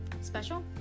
Special